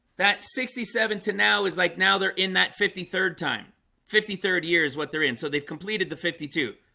that sixty seven to now is like now they're in that fifty third time fifty third year is what they're in so they've completed the fifty two